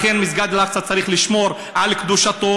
לכן מסגד אל-אקצא, צריך לשמור על קדושתו